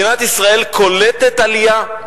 מדינת ישראל קולטת עלייה.